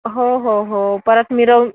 हो हो हो परत मिरव